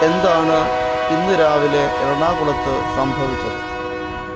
എന്താണ് ഇന്ന് രാവിലെ എറണാകുളത്ത് സംഭവിച്ചത്